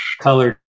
Colored